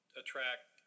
attract